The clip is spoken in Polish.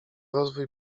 rozwój